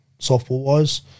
softball-wise